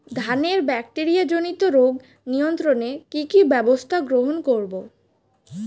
ধানের ব্যাকটেরিয়া জনিত রোগ নিয়ন্ত্রণে কি কি ব্যবস্থা গ্রহণ করব?